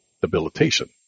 debilitation